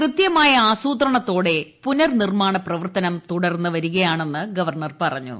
കൃത്യമായ ആസൂത്രണത്തോടെ പുനർനിർമ്മാണ പ്രവർത്തനം തുടർന്ന് വരികയാണെന്ന് ഗവർണർ പറഞ്ഞു